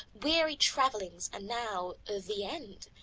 weary travellings, and now the end.